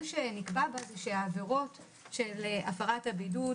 שנקבע בה הוא שהעבירות של הפרת הבידוד,